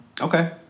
Okay